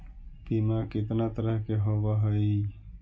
बीमा कितना तरह के होव हइ?